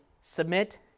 submit